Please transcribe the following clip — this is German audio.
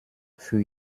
für